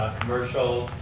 commercial.